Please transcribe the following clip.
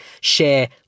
share